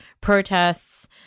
protests